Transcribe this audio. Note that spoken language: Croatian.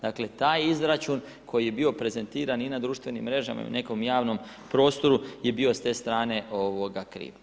Dakle, taj izračun koji je bio prezentiran i na društvenim mrežama i u nekom javnom prostoru je bio s te strane, ovoga, kriv.